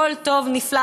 הכול טוב ונפלא.